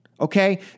Okay